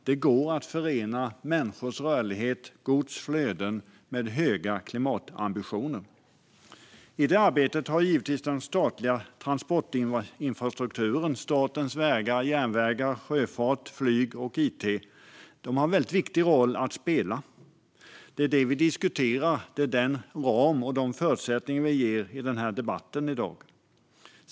Det går att förena människors rörlighet och gods flöden med höga klimatambitioner. I det arbetet har givetvis den statliga transportinfrastrukturen - statens vägar, järnvägar, sjöfart, flyg och it - en väldigt viktig roll att spela. Det vi diskuterar i den här debatten i dag är den ram och de förutsättningar vi ger.